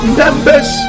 members